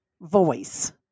voice